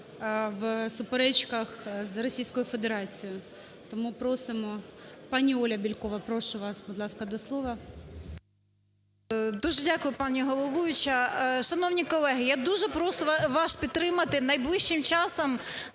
Дуже дякую, пані головуюча. Шановні колеги, я дуже прошу вас підтримати. Найближчим часом